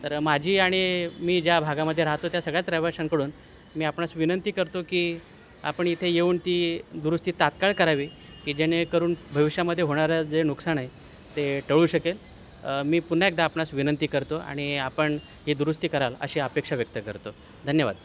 तर माझी आणि मी ज्या भागामध्ये राहतो त्या सगळ्याचं रहिवाशांकडून मी आपणास विनंती करतो की आपण इथे येऊन ती दुरुस्ती तात्काळ करावी की जेणेकरून भविष्यामध्ये होणारं जे नुकसान आहे ते टळू शकेल मी पुन्हा एकदा आपणास विनंती करतो आणि आपण हे दुरुस्ती कराल अशी अपेक्षा व्यक्त करतो धन्यवाद